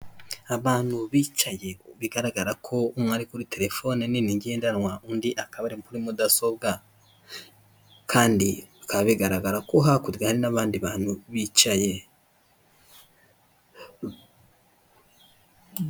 Abantu bicaye bigaragara ko umwe ari kuri telefone nini ngendanwa undi akaba ari kuri mudasobwa kandi bikaba bigaragara ko hakurya hari n'abandi bantu bicaye.